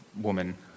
woman